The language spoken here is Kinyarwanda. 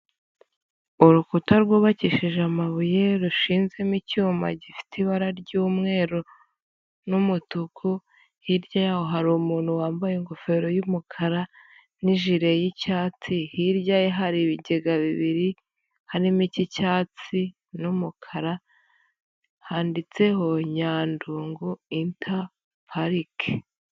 Urukuta rwubakishije amabuye, rushizezemo icyuma gifite ibara ry'umweru n'umutuku, hirya yaho hari umuntu wambaye ingofero y'umukara n'ijire y'icyatsi, hirya ye hari ibigega bibiri hari mo icy'icyatsi n'umukara handitseho Nyandungu intaparike.